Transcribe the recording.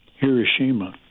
Hiroshima